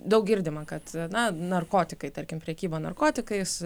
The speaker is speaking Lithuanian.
daug girdime kad na narkotikai tarkim prekyba narkotikais